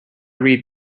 read